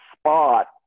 spot